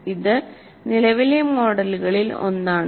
ഇത് നിലവിലെ മോഡലുകളിൽ ഒന്നാണ്